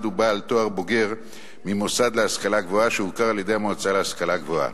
הוא בעל תואר בוגר ממוסד להשכלה גבוהה שהוכר על-ידי המועצה להשכלה גבוהה.